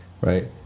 Right